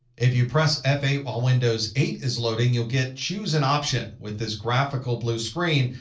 if you press f eight while windows eight is loading, you'll get choose an option with this graphical blue screen.